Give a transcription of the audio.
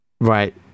right